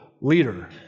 leader